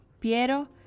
Piero